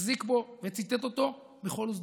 החזיק בו וציטט אותו בכל הזדמנות.